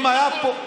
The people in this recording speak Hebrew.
לא נכון.